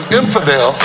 infidel